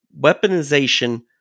weaponization